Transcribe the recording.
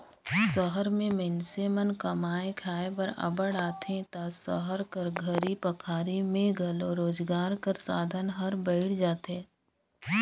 सहर में मइनसे मन कमाए खाए बर अब्बड़ आथें ता सहर कर घरी पखारी में घलो रोजगार कर साधन हर बइढ़ जाथे